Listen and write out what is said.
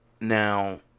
Now